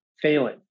failing